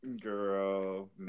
Girl